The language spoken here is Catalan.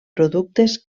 productes